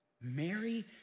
Mary